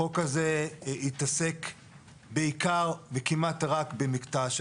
החוק הזה התעסק בעיקר וכמעט רק במקטע של